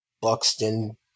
Buxton